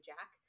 Jack